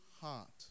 heart